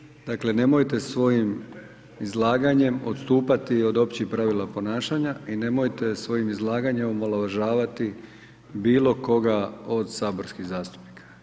Kolega Bulj, dakle nemojte svojim izlaganjem odstupati od općih pravila ponašanja i nemojte svojim izlaganjem omalovažavati bilo koga od saborskih zastupnika.